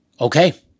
Okay